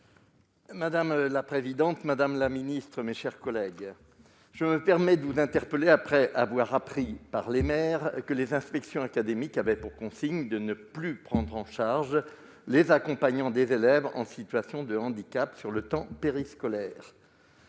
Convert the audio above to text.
des sports. Madame la secrétaire d'État, je me permets de vous interpeller après avoir appris par les maires que les inspections académiques avaient pour consigne de ne plus prendre en charge les accompagnants des élèves en situation de handicap (AESH) sur le temps périscolaire.